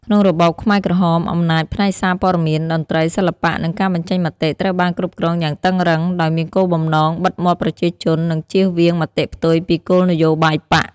ក្នុងរបបខ្មែរក្រហម អំណាចផ្នែកសារព័ត៌មាន តន្ត្រី សិល្បៈ និងការបញ្ចេញមតិ ត្រូវបានគ្រប់គ្រងយ៉ាងតឹងរឹង ដោយមានគោលបំណងបិទមាត់ប្រជាជន និងជៀសវាងមតិផ្ទុយពីគោលនយោបាយបក្ស។